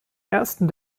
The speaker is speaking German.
ersten